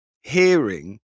hearing